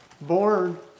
born